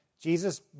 Jesus